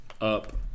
Up